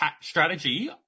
strategy